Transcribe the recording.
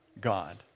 God